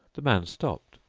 the man stopped,